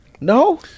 No